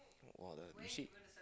!wah! like you see